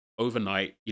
overnight